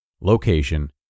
Location